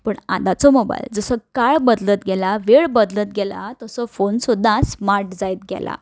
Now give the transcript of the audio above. पूण आताचो मोबायस जसो काळ बदलत गेला वेळ बदलत गेला तसो फोन सुद्दां स्मार्ट जायत गेला